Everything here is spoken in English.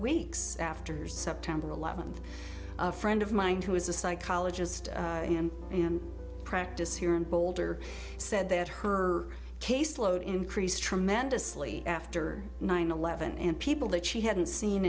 weeks after september eleventh a friend of mine who is a psychologist in practice here in boulder said that her caseload increased tremendously after nine eleven and people that she hadn't seen